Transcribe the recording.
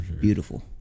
beautiful